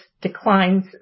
declines